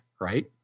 right